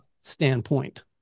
standpoint